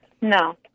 no